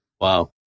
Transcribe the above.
Wow